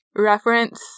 reference